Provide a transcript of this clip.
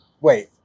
Wait